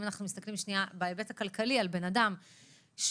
אם אנחנו מסתכלים בהיבט הכלכלי על אדם שפתאום